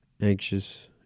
Anxious